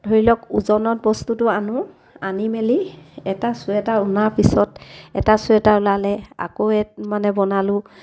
ধৰি লওক ওজনত বস্তুটো আনো আনি মেলি এটা চুৱেটাৰ অনাৰ পিছত এটা চুৱেটাৰ ওলালে আকৌ এই মানে বনালোঁ